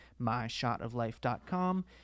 myshotoflife.com